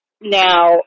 Now